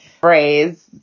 phrase